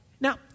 Now